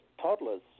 toddlers